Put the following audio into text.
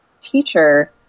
teacher